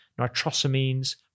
nitrosamines